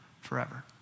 forever